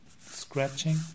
scratching